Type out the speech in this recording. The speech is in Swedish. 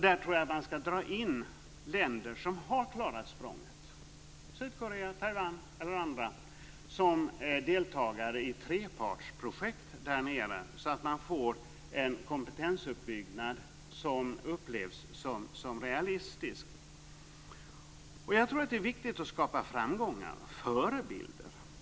Där tror jag att man ska dra in länder som har klarat språnget - Sydkorea, Taiwan eller andra - som deltagare i trepartsprojekt där nere så att de får en kompetensuppbyggnad som upplevs som realistisk. Det är viktigt att skapa framgångar och förebilder.